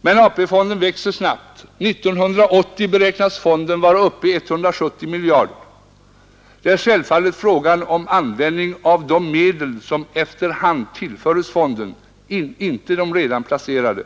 Men AP-fonden växer snabbt. 1980 beräknas fonden vara uppe i 170 miljarder kronor. Det är självfallet fråga om användningen av de medel som efter hand tillföres fonden, inte de redan placerade.